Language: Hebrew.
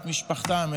את משפחתם,